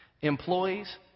Employees